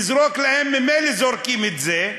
ממילא זורקים את זה,